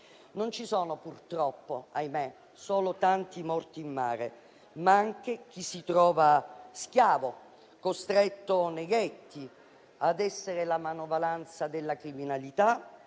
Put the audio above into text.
Non ci sono, purtroppo - ahimè - solo tanti morti in mare, ma anche chi si trova schiavo, costretto nei ghetti ad essere la manovalanza della criminalità,